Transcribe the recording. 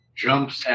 jumps